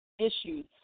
issues